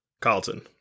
Carlton